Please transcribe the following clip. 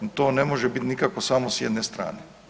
To ne može biti nikako samo s jedne strane.